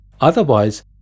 Otherwise